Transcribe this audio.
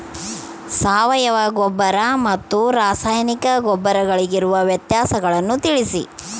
ಸಾವಯವ ಗೊಬ್ಬರ ಮತ್ತು ರಾಸಾಯನಿಕ ಗೊಬ್ಬರಗಳಿಗಿರುವ ವ್ಯತ್ಯಾಸಗಳನ್ನು ತಿಳಿಸಿ?